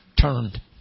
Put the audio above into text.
turned